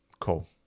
cool